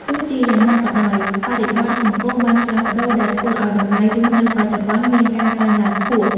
ទោះជាយ៉ាងណាក៏ដោយ បរិបទសង្គមបានផ្លាស់ប្ដូរដែលធ្វើឱ្យតម្លៃរស់នៅបច្ចុប្បន្នមានការកើនឡើងខ្ពស់។